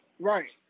Right